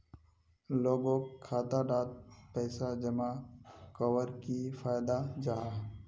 लोगोक खाता डात पैसा जमा कवर की फायदा जाहा?